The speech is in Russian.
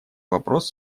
вопрос